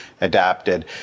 adapted